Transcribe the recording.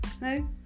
no